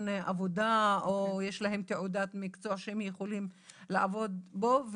עבודה או יש להם תעודת מקצוע שהם יכולים לעבוד בו.